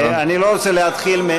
אני לא רוצה להתחיל,